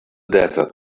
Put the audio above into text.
desert